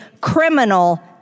criminal